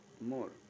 more